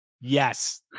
Yes